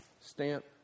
stamp